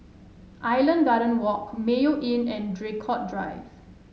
Island Gardens Walk Mayo Inn and Draycott Drive